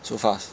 so fast